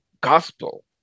gospel